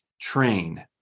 train